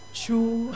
true